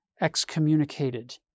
excommunicated